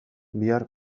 bihar